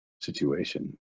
situation